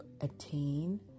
attain